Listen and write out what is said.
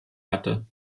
hatte